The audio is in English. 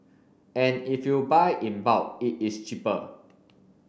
and if you buy in bulk it is cheaper